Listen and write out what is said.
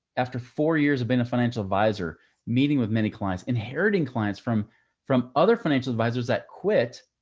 after four years of being a financial advisor meeting with many clients, inheriting clients from from other financial advisors that quit.